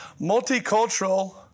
Multicultural